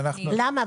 למה?